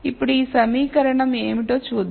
ఇప్పుడు ఈ సమీకరణం ఏమిటో చూద్దాం